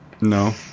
No